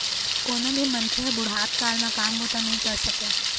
कोनो भी मनखे ह बुढ़त काल म काम बूता नइ कर सकय